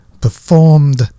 performed